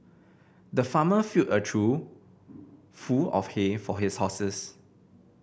the farmer filled a trough full of hay for his horses